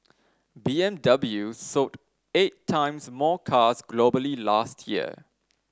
B M W sold eight times more cars globally last year